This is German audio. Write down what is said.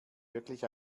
wirklich